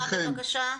אני איתכם.